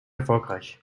erfolgreich